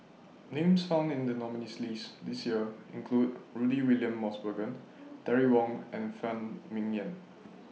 Names found in The nominees' list This Year include Rudy William Mosbergen Terry Wong and Phan Ming Yen